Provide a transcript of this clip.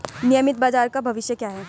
नियमित बाजार का भविष्य क्या है?